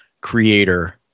creator